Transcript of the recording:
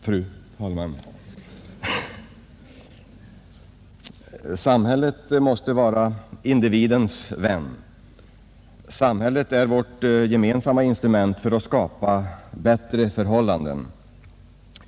Fru talman! Samhället måste vara individens vän. Samhället är vårt gemensamma instrument för att skapa bättre förhållanden.